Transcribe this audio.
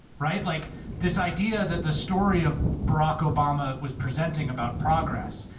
right? like this idea that the story of barack obama was presenting about progress,